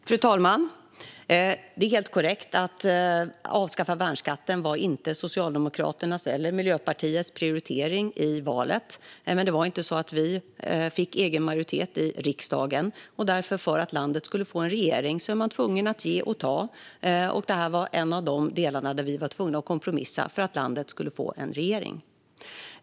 Fru talman! Det är helt korrekt att ett avskaffande av värnskatten inte var vare sig Socialdemokraternas eller Miljöpartiets prioritering i valet. Men vi fick inte egen majoritet i riksdagen, och för att landet skulle få en regering var vi tvungna att ge och ta. Detta var en av de delar där vi var tvungna att kompromissa för att landet skulle få en regering.